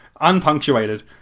Unpunctuated